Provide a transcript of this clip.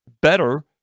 better